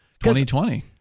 2020